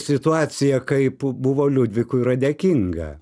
situacija kaip buvo liudvikui yra dėkinga